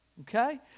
Okay